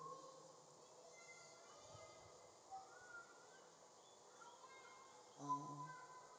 uh